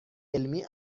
علمی